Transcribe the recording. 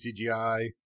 CGI